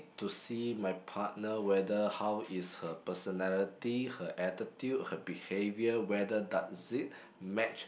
to see my partner whether how is her personality her attitude her behavior whether does it match